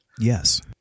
Yes